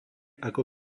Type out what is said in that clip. ako